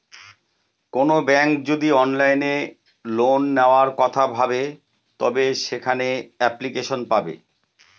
কোনো ব্যাঙ্ক যদি অনলাইনে লোন নেওয়ার কথা ভাবে তবে সেখানে এপ্লিকেশন পাবে